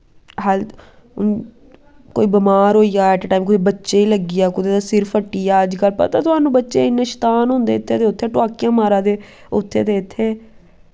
health कोई बमार होई जा ऐटा टैम कुसै बच्चे लग्गी जा कुदै सिर फट्टी दा अज कल पता तोहानू बच्चे इन्ने शतान होंदे इत्थें ते उत्थें टोआकियां मारा दे उत्थें ते इत्थें